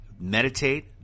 meditate